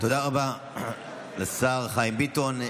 תודה רבה לשר חיים ביטון.